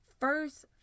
first